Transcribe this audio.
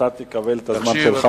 ואתה תקבל את הזמן שלך.